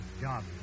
job